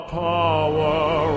power